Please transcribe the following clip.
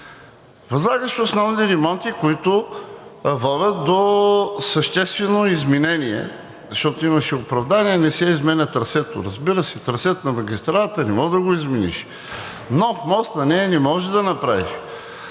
Възлагаш основни ремонти, които водят до съществено изменение, защото имаше оправдание: не се изменя трасето. Разбира се, трасето на магистралата не можеш да го измениш, нов мост на нея не можеш да направиш,